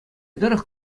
тӑрӑх